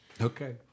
Okay